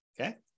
Okay